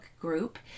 group